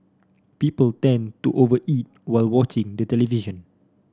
people tend to over eat while watching the television